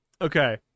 Okay